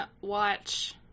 Watch